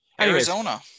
Arizona